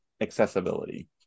accessibility